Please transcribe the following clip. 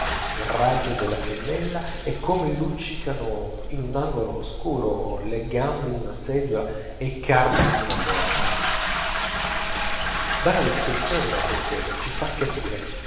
il raggio della fiammella e come luccicano in un angolo oscuro le gambe d'una seggiola e i cardini d'una porta dalla descrizione d'una bottega ci fa capire